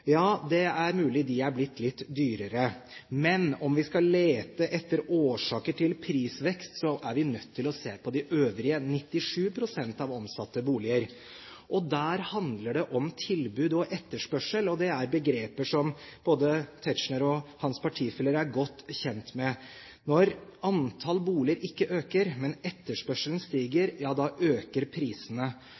Ja, det er mulig de har blitt litt dyrere, men om vi skal lete etter årsaker til prisvekst, er vi nødt til å se på de øvrige 97 pst. av omsatte boliger. Og der handler det om tilbud og etterspørsel, og det er begreper som både Tetzschner og hans partifeller er godt kjent med. Når antall boliger ikke øker, men etterspørselen stiger, øker prisene.